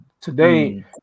today